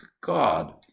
God